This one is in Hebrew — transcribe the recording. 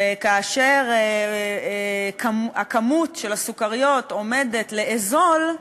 וכאשר כמות הסוכריות עומדת לאזול,